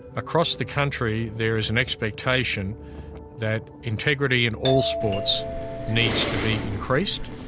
across the country there is an expectation that integrity in all sports needs to be increased.